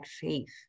faith